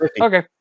Okay